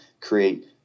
create